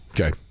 Okay